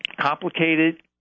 complicated